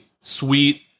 sweet